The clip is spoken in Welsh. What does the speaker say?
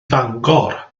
fangor